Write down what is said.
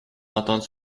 entendu